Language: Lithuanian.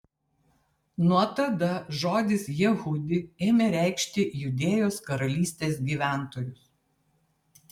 nuo tada žodis jehudi ėmė reikšti judėjos karalystės gyventojus